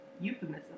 Euphemism